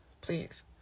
please